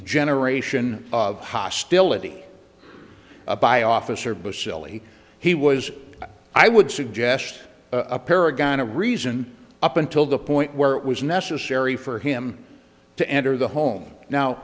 generation of hostility by officer bacilli he was i would suggest a paragon of reason up until the point where it was necessary for him to enter the home now